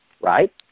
right